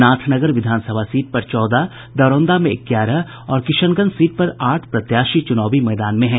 नाथनगर विधानसभा सीट पर चौदह दरौंदा में ग्यारह और किशनगंज सीट पर आठ प्रत्याशी चुनावी मैदान में हैं